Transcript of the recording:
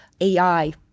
AI